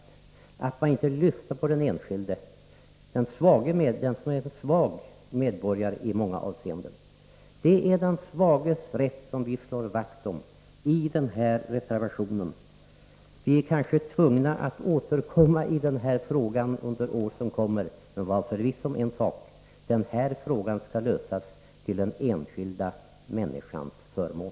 Man lyssnar inte på den enskilde, på den i många avseenden svage medborgaren. Det är den svages rätt som vi slår vakt om i vår reservation. Vi blir kanske tvungna att återkomma i detta ärende flera år, men var förvissad om en sak: den här frågan skall lösas till den enskilda människans förmån.